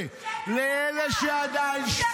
את בזת